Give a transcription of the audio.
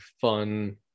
fun